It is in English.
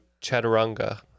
chaturanga